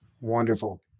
Wonderful